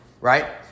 right